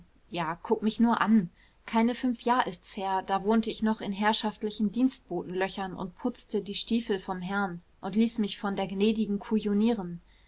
ja guck mich nur an keine fünf jahr ist's her da wohnte ich noch in herrschaftlichen dienstbotenlöchern und putzte die stiefel vom herrn und ließ mich von der gnädigen